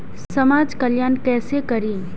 समाज कल्याण केसे करी?